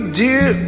dear